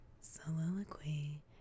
Soliloquy